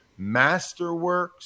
Masterworks